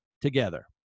together